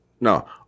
No